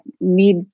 need